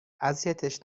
اذیتش